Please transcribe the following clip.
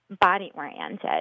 body-oriented